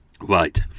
right